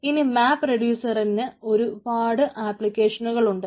ഇനി മാപ് റെഡിയൂസ്സറിന് ഒരുപാട് ആപ്ലിക്കേഷനുകൾ ഉണ്ട്